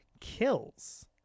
kills